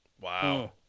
Wow